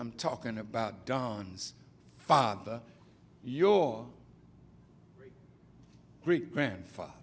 i'm talking about don's father your great grandfather